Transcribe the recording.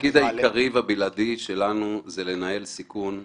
התפקיד העיקרי והבלעדי שלנו זה לנהל סיכון ותשואה,